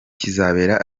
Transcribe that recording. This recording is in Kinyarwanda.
kizabera